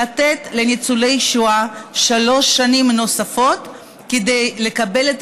לתת לניצולי שואה שלוש שנים נוספות לקבל את